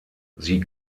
sie